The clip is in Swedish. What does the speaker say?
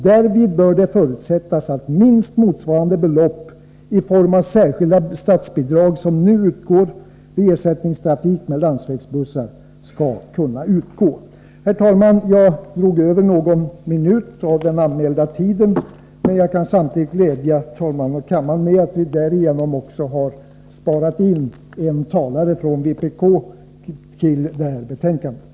Därvid bör det förutsättas att minst motsvarande belopp i form av särskilda statsbidrag som nu utgår vid ersättningstrafik med landsvägsbuss skall kunna utgå. Herr talman! Jag drog över någon minut i förhållande till den anmälda tiden, men jag kan samtidigt glädja talmannen och kammaren med att vi därigenom också har sparat in en talare från vpk vad gäller de nu behandlade betänkandena.